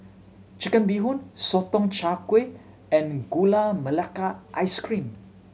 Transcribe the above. Chicken Bee Hoon Sotong Char Kway and Gula Melaka Ice Cream